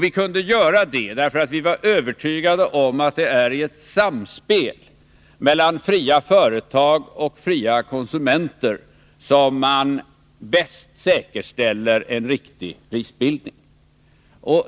Vi kunde göra det, därför att vi var övertygade om att det är i ett samspel mellan fria företag och fria konsumenter som man bäst säkerställer en riktig prisbildning.